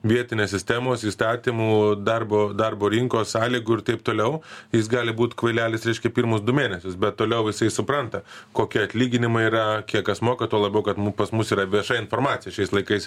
vietinės sistemos įstatymų darbo darbo rinkos sąlygų ir taip toliau jis gali būt kvailelis reiškia pirmus du mėnesius bet toliau jisai supranta kokie atlyginimai yra kiek kas moka tuo labiau kad pas mus yra vieša informacija šiais laikais